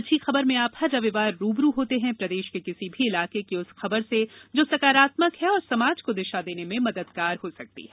अच्छी खबर में आप हर रविवार रू ब रू होते हैं प्रदेश के किसी भी इलाके की उस खबर से जो सकारात्मक है और समाज को दिशा देने में मददगार हो सकती है